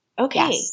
Okay